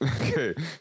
Okay